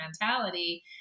mentality